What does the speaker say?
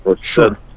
Sure